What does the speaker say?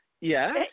yes